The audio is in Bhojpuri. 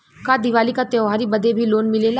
का दिवाली का त्योहारी बदे भी लोन मिलेला?